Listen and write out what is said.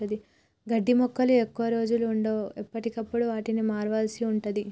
గడ్డి మొక్కలు ఎక్కువ రోజులు వుండవు, ఎప్పటికప్పుడు వాటిని మార్వాల్సి ఉంటది